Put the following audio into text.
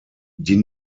die